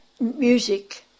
music